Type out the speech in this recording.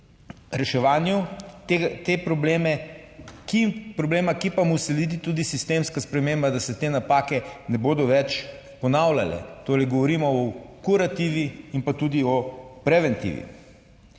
reševanju te problema, ki pa mu sledi tudi sistemska sprememba, da se te napake ne bodo več ponavljale. Torej, govorimo o kurativi in pa tudi o preventivi.